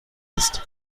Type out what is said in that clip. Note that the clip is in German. ist